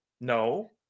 No